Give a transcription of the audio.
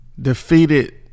Defeated